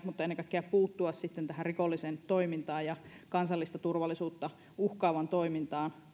mutta ennen kaikkea sitten puuttua tähän rikolliseen toimintaan ja kansallista turvallisuutta uhkaavaan toimintaan